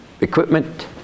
equipment